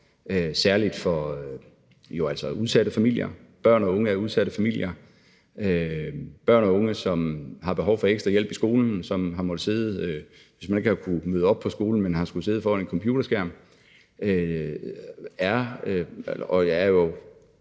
særlig for udsatte familier, børn og unge i udsatte familier, børn og unge, som har behov for ekstra hjælp i skolen, og som, hvis de ikke har kunnet møde op på skolen, har skullet sidde foran en computerskærm, gør, at de